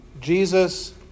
Jesus